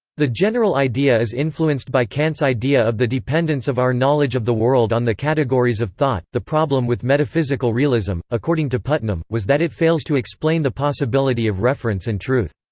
the general idea is influenced by kant's idea of the dependence of our knowledge of the world on the categories of thought the problem with metaphysical realism, according to putnam, was that it fails to explain the possibility of reference and truth.